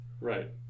Right